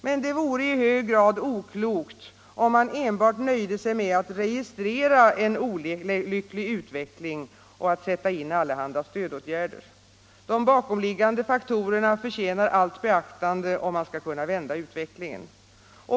Men det vore i hög grad oklokt om man enbart nöjde sig med att registrera en olycklig utveckling och sätta in allehanda stödåtgärder. De bakomliggande faktorerna förtjänar allt beaktande, om man skall kunna vända utvecklingen.